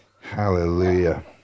Hallelujah